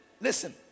listen